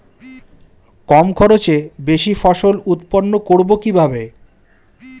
কম খরচে বেশি ফসল উৎপন্ন করব কিভাবে?